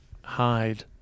hide